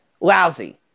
lousy